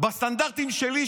בסטנדרטים שלי,